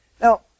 Now